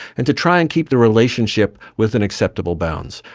and to try and keep the relationship within acceptable bounds.